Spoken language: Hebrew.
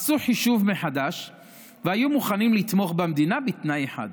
עשו חישוב מחדש והיו מוכנים לתמוך במדינה בתנאי אחד,